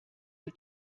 für